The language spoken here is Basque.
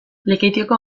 lekeitioko